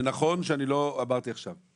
ונכון שלא אמרתי עכשיו,